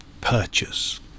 purchase